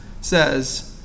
says